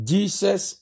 Jesus